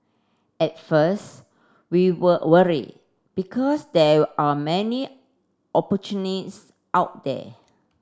at first we were worried because there are many opportunists out there